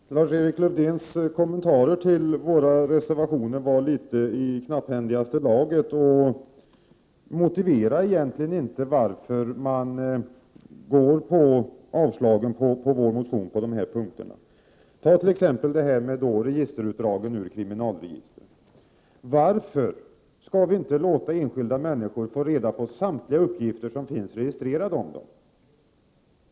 Fru talman! Lars-Erik Lövdéns kommentarer till våra reservationer var i knapphändigaste laget. Han motiverar egentligen inte varför man avstyrker vår motion på dessa punkter. Ta t.ex. registerutdragen ur kriminalregistret. Varför skall vi inte låta enskilda människor få reda på samtliga uppgifter som finns registrerade om dem?